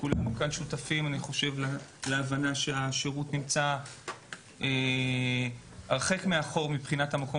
כולנו שותפים להבנה שהשירות נמצא הרחק מאחור מבחינת המקום